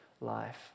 life